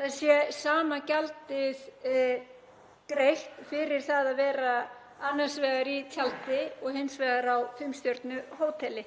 það sé sama gjald greitt fyrir það að vera annars vegar í tjaldi og hins vegar á fimm stjörnu hóteli.